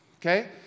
okay